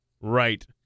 Right